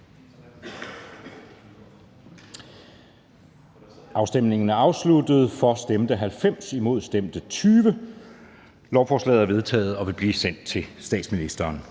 stemte 9 (LA), hverken for eller imod stemte 0. Lovforslaget er vedtaget og vil nu blive sendt til statsministeren.